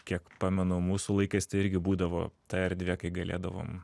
kiek pamenu mūsų laikais irgi būdavo ta erdvė kai galėdavom